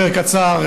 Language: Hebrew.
אדבר ממש קצר,